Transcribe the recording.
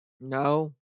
No